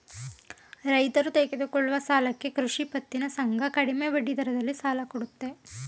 ರೈತರು ತೆಗೆದುಕೊಳ್ಳುವ ಸಾಲಕ್ಕೆ ಕೃಷಿ ಪತ್ತಿನ ಸಂಘ ಕಡಿಮೆ ಬಡ್ಡಿದರದಲ್ಲಿ ಸಾಲ ಕೊಡುತ್ತೆ